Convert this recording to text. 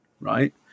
right